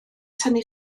tynnu